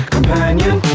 Companion